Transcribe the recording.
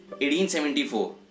1874